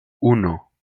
uno